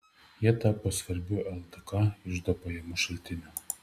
jie tapo svarbiu ldk iždo pajamų šaltiniu